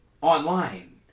online